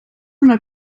una